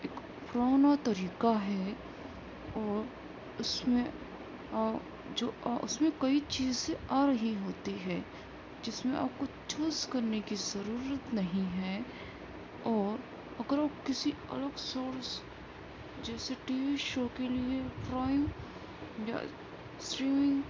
ایک پرانا طریقہ ہے اور اس میں اور جو اس میں کئی چیزیں آ رہی ہوتی ہے جس میں کچھ چوز کرنے کی ضرورت نہیں ہے اور اگر آپ کسی الگ شورس جیسے ٹی وی شو کے لیے پرائم یا سیونگ